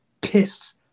piss